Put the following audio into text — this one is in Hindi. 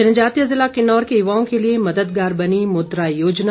जनजातीय ज़िला किन्नौर के युवाओं के लिए मददगार बनी मुद्रा योजना